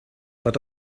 but